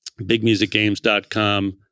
bigmusicgames.com